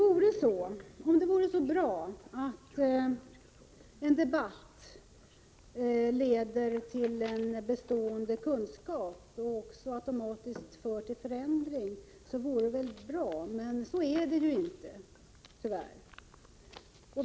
Om det vore så bra att en debatt leder till en bestående kunskap som automatiskt för till förändring, vore det lyckligt. Tyvärr är det inte så.